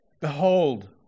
Behold